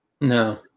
no